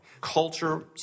Culture